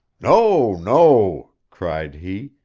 no, no cried he,